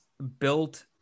Built